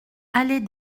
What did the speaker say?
allée